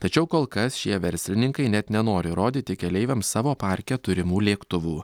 tačiau kol kas šie verslininkai net nenori rodyti keleiviams savo parke turimų lėktuvų